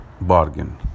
bargain